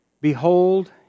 Behold